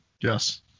Yes